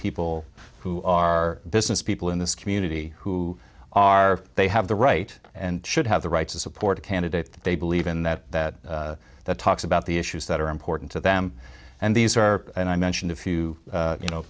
people who are businesspeople in this community who are they have the right and should have the right to support a candidate that they believe in that that that talks about the issues that are important to them and these are and i mentioned a few you know